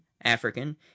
african